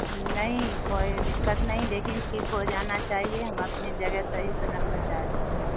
نہیں کوئی دکت نہیں لیکن ٹھیک ہو جانا چاہیے ہم اپنی جگہ صحیح سے جانا چاہتے ہیں